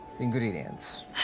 Ingredients